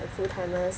and full-timers